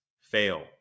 fail